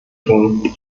tun